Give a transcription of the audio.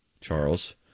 Charles